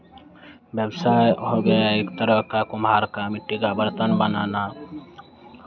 व्यवसाय हो गया एक तरह का कुम्हार का मिट्टी का बर्तन बनाना